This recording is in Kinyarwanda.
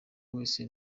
wese